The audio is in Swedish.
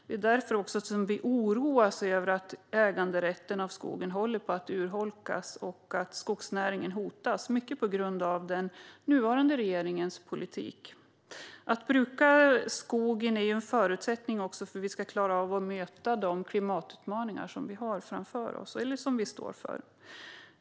Det är också därför som vi oroas över att äganderätten till skogen håller på att urholkas och att skogsnäringen hotas, mycket på grund av den nuvarande regeringens politik. Att bruka skogen är också en förutsättning för att vi ska klara av att möta de klimatutmaningar som vi står inför.